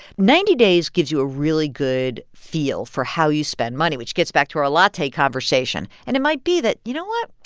ninety days gives you a really good feel for how you spend money, which gets back to our latte conversation. and it might be that you know what?